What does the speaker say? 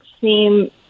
seem